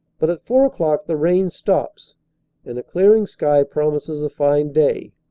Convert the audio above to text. but at four o'clock the rain stops and a clearing sky promises a fine day.